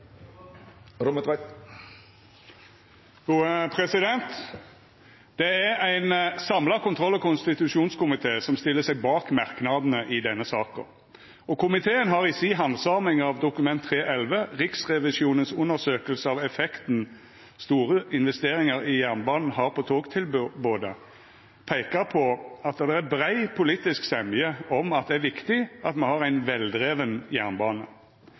Det er ein samla kontroll- og konstitusjonskomité som stiller seg bak merknadene i denne saka. Komiteen har i si handsaming av Dokument 3:11 for 2016–2017, Riksrevisjonens undersøkelse av effekten store investeringar i jernbanen har på togtilbudet, peika på at det er brei politisk semje om at det er viktig at me har ein veldriven jernbane.